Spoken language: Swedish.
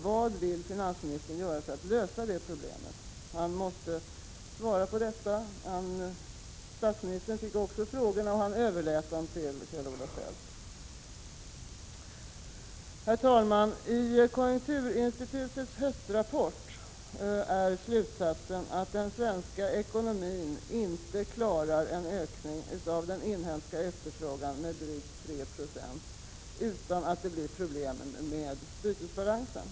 Vad vill finansministern göra för att lösa de problemen? Finansministern måste svara på detta. Statsministern fick samma frågor, och han överlät dem till Kjell-Olof Feldt. Herr talman! I konjunkturinstitutets höstrapport är slutsatsen att den svenska ekonomin inte klarar en ökning av den inhemska efterfrågan med drygt 3 90 utan att det blir problem med bytesbalansen.